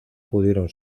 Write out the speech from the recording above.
pudieron